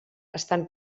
estant